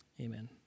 Amen